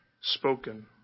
spoken